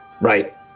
right